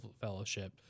Fellowship